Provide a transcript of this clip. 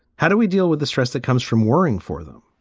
how do we deal with the stress that comes from worrying for them?